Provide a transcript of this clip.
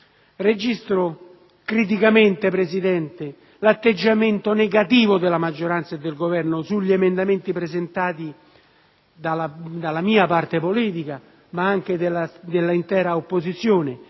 Registro criticamente, signor Presidente, l'atteggiamento negativo della maggioranza e del Governo sugli emendamenti presentati dalla mia parte politica (ma anche dall'intera opposizione),